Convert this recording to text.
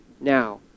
Now